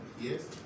yes